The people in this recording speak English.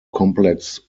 complex